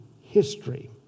history